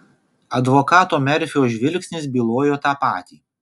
advokato merfio žvilgsnis bylojo tą patį